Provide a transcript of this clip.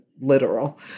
literal